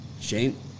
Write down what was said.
Shane